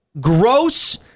Gross